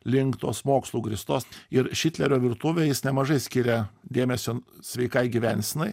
link tos mokslu grįstos ir šitlerio virtuvėj jis ne mažai skiria dėmesio sveikai gyvensenai